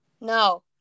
no